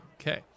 Okay